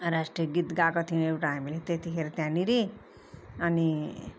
राष्ट्र गीत गाएको थियौँ एउटा हामीले त्यतिखेर त्यहाँनिर अनि